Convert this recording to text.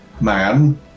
man